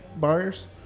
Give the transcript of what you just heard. buyers